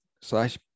slash